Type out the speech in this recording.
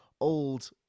old